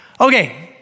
Okay